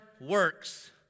works